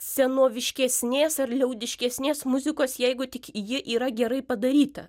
senoviškesnės ar liaudiškesnės muzikos jeigu tik ji yra gerai padaryta